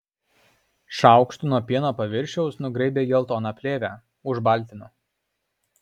šaukštu nuo pieno paviršiaus nugraibė geltoną plėvę užbaltino